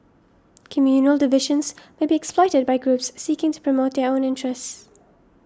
communal divisions may be exploited by groups seeking to promote their own interests